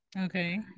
Okay